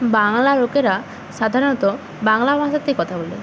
বাংলার লোকেরা সাধারণত বাংলা ভাষাতেই কথা বলে